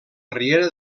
riera